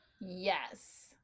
Yes